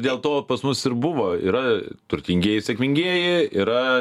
dėl to pas mus ir buvo yra turtingieji sėkmingieji yra